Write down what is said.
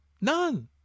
None